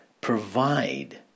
provide